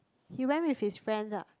he went with his friends ah